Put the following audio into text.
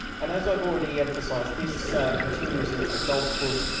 and as i've already emphasised, this continues into adulthood.